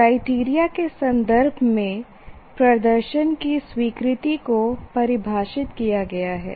criteria के संदर्भ में प्रदर्शन की स्वीकृति को परिभाषित किया गया है